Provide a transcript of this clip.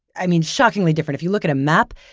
i mean, shockingly different. if you look at a map,